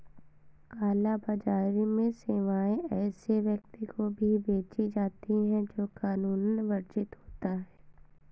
काला बाजारी में सेवाएं ऐसे व्यक्ति को भी बेची जाती है, जो कानूनन वर्जित होता हो